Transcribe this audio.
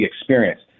experience